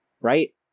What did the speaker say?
right